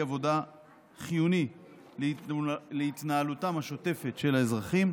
עבודה חיוני להתנהלותם השוטפת של האזרחים.